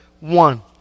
one